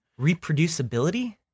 Reproducibility